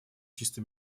чисто